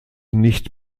nicht